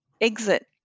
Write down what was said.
exit